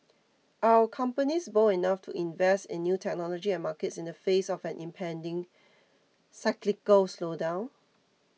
are our companies bold enough to invest in new technology and markets in the face of an impending cyclical slowdown